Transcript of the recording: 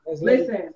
Listen